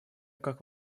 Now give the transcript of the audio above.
как